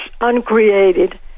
uncreated